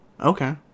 Okay